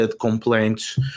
complaints